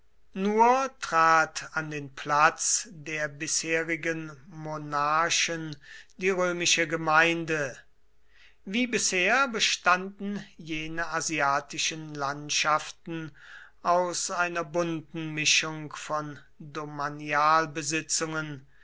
nur trat an den platz der bisherigen monarchen die römische gemeinde wie bisher bestanden jene asiatischen landschaften aus einer bunten mischung von